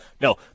No